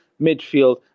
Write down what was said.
midfield